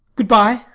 good-bye.